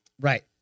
Right